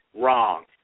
Wrong